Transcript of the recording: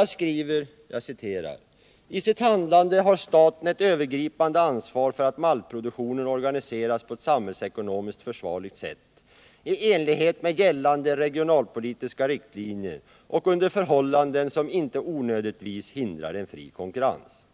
Jag skriver där: ”I sitt handlande har staten ett övergripande ansvar för att maltproduktionen organiseras på ett samhällsekonomiskt försvarligt sätt i enlighet med gällande regionalpolitiska riktlinjer och under förhållanden som inte onödigtvis hindrar en fri konkurrens.